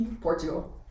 Portugal